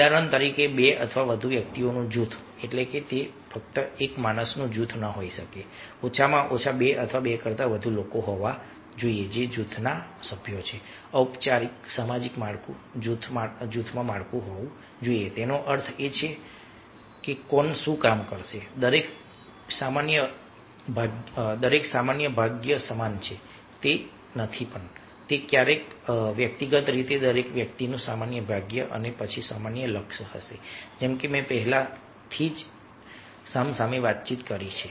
ઉદાહરણ તરીકે 2 અથવા વધુ વ્યક્તિઓનું જૂથ એટલે કે તે ફક્ત એક માણસનું જૂથ ન હોઈ શકે ઓછામાં ઓછા 2 અને 2 કરતાં વધુ લોકો હોવા જોઈએ જે જૂથના સભ્ય છે ઔપચારિક સામાજિક માળખું જૂથમાં માળખું હોવું જોઈએ તેનો અર્થ એ છે કે કોણ શું કામ કરશે દરેક માટે સામાન્ય ભાગ્ય સમાન છે તે નથી તે વ્યક્તિગત રીતે દરેક વ્યક્તિનું સામાન્ય ભાગ્ય અને પછી સામાન્ય લક્ષ્ય હશે જેમ કે મેં પહેલાથી જ સામસામે વાતચીત કરી છે